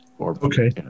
Okay